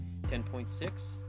10.6